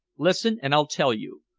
listen, and i'll tell you.